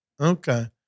Okay